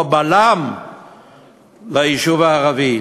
או בלם ליישוב הערבי,